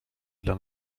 dla